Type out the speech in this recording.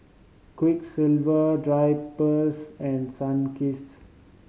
Quiksilver Drypers and Sunkist